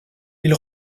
ils